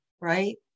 right